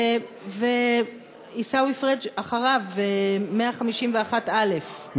ועיסאווי פריג' אחריו ב-151א.